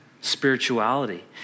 spirituality